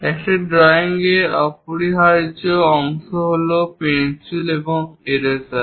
একটি ড্রয়িং এর অপরিহার্য অংশ হল পেন্সিল এবং ইরেজার